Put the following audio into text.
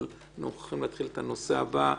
אנחנו מוכרחים להתחיל את הנושא הבא.